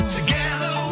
Together